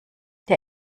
der